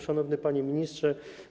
Szanowny Panie Ministrze!